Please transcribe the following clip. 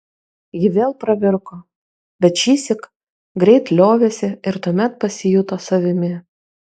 ji vėl pravirko bet šįsyk greit liovėsi ir tuomet pasijuto savimi